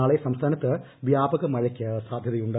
നാളെ സംസ്ഥാനത്ത് വ്യാപക മഴയ്ക്ക് സാധ്യതയുണ്ട്